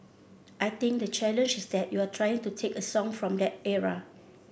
I think the challenge is that you are trying to take a song from that era